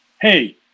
hey